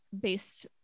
based